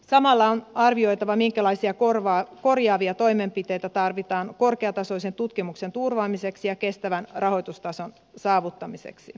samalla on arvioitava minkälaisia korjaavia toimenpiteitä tarvitaan korkeatasoisen tutkimuksen turvaamiseksi ja kestävän rahoitustason saavuttamiseksi